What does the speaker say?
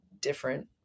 different